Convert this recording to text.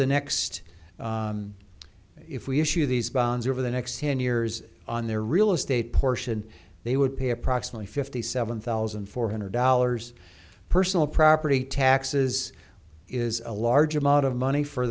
the next if we issue these bonds over the next ten years on their real estate portion they would pay approximately fifty seven thousand four hundred dollars personal property taxes is a large amount of money for